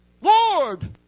Lord